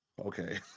Okay